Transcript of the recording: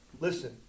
Listen